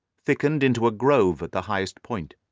thickening into a grove at the highest point.